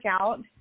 out